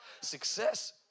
success